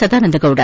Sadananda Gowda